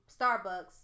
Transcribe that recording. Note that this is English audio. Starbucks